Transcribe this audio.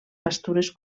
pastures